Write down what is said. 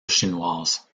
chinoise